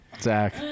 Zach